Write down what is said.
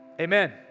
amen